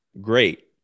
great